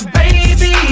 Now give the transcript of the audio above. baby